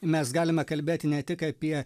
mes galime kalbėti ne tik apie